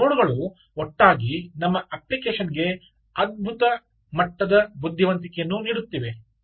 ಈ ನೋಡ್ಗಳು ಒಟ್ಟಾಗಿ ನಮ್ಮ ಅಪ್ಲಿಕೇಶನ್ಗೆ ಅದ್ಭುತ ಮಟ್ಟದ ಬುದ್ಧಿವಂತಿಕೆಯನ್ನು ನೀಡುತ್ತಿವೆ